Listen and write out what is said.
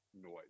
noise